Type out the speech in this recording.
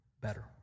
better